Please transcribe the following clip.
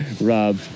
Rob